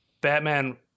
Batman